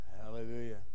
Hallelujah